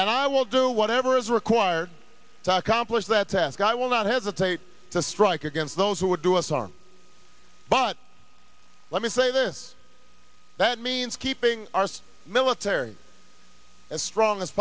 and i will do whatever is required takhan please that task i will not hesitate to strike against those who would do us harm but let me say this that means keeping arse military as strong as